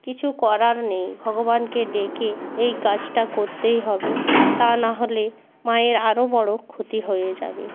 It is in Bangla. কিছু করার নেই ভগবানকে ডেকে এই কাজটা করতেই হবে তা নাহলে মায়ের আরো বড়ো ক্ষতি হয়ে যাবে